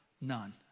none